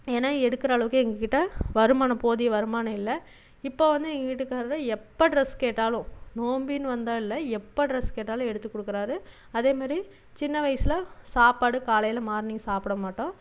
ஏன்னா எடுக்கிற அளவுக்கு எங்கள் கிட்டே வருமானம் போதிய வருமானம் இல்லை இப்போ வந்து வீட்டுக்காரர் எப்போ டிரஸ் கேட்டாலும் நோம்புனு வந்தால் இல்லை எப்போ டிரஸ் கேட்டாலும் எடுத்துக் கொடுக்குறாரு அதேமாதிரி சின்ன வயசில் சாப்பாடு காலையில் மார்னிங் சாப்பிட மாட்டோம்